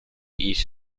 east